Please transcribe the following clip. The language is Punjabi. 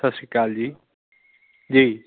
ਸਤਿ ਸ਼੍ਰੀ ਅਕਾਲ ਜੀ ਜੀ